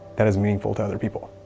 that is meaningful to other people,